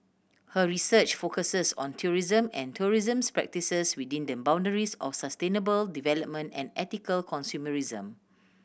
her research focuses on tourism and tourism's practices within the boundaries of sustainable development and ethical consumerism